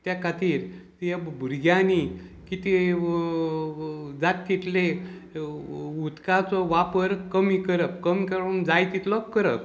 त्या खातीर तें भुरग्यांनी कितें जात तितले उदकाचो वापर कमी करप कमी करून जाय तितलो करप